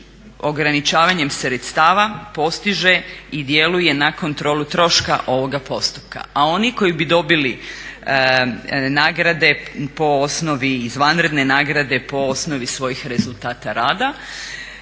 ograničavanjem sredstava postiže i djeluje na kontrolu troška ovoga postupka, a oni koji bi dobili nagrade po osnovi izvanredne nagrade, po osnovi svojih rezultata rada